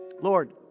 Lord